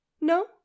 No